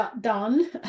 done